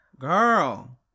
Girl